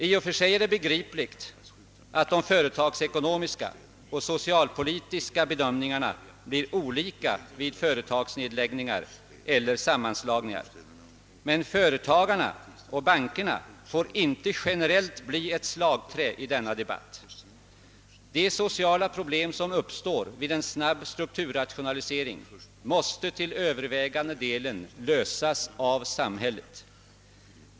I och för sig är det begripligt att de företagsekonomiska och socialpolitiska bedömningarna blir olika vid företagsnedläggningar eller sammanslagningar, men företagarna och bankerna får inte generellt bli ett slagträ i denna debatt. De sociala problem som uppstår vid en snabb strukturrationalisering måste till övervägande delen lösas av samhället.